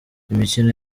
imikino